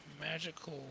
magical